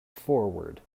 forward